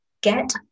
get